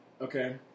Okay